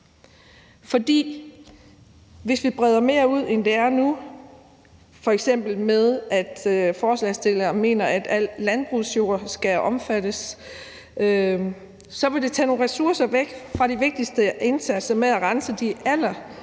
For hvis vi breder det mere ud, end det er nu, f.eks. i forhold til at forslagsstillerne mener, at al landbrugsjord skal omfattes, så vil det tage nogle ressourcer væk fra de vigtigste indsatser med at rense de